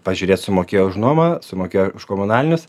pažiūrėt sumokėjo už nuomą sumokėjo už komunalinius